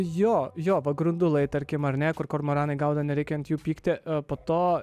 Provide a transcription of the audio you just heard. jo jo vat grundulai tarkim ar ne kur kormoranai gaudo nereikia ant jų pykti po to